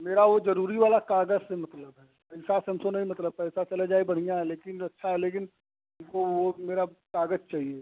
मेरा वह ज़रूरी वाला कागज़ से मतलब है पैसा से हमको नहीं मतलब पैसा अगर चले जाए बढ़िया है लेकिंन अच्छा है लेकिन हमको वह मेरा काग़ज़ चाहिए